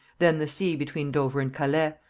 then the sea between dover and calais,